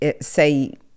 say